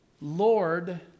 Lord